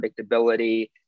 predictability